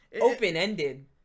open-ended